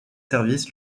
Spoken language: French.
service